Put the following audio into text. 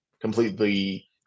completely